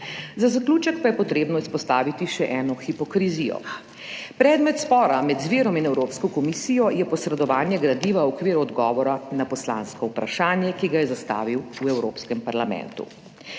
Za zaključek pa je potrebno izpostaviti še eno hipokrizijo. Predmet spora med Zverom in Evropsko komisijo je posredovanje gradiva v okviru odgovora na poslansko vprašanje, ki ga je zastavil v Evropskem parlamentu.